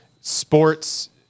sports